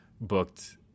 booked